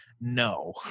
No